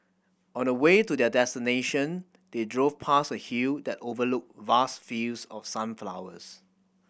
on the way to their destination they drove past a hill that overlooked vast fields of sunflowers